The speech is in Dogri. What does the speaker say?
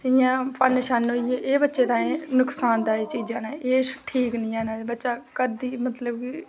इंया फन होइये एह् बच्चे ताहीं नुक्सानदेही चीज़ां न एह् ठीक निं हैन बच्चा मतलब कि